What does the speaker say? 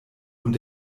und